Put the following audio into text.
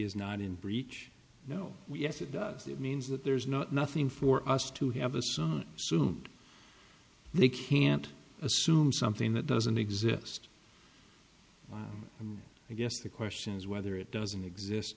is not in breach no yes it does it means that there's not nothing for us to have a son soon they can't assume something that doesn't exist and i guess the question is whether it doesn't exist